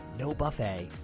no buffet,